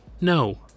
No